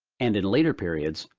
and in later periods,